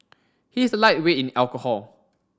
he is a lightweight in alcohol